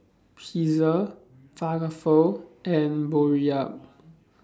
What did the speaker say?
Pizza Falafel and Boribap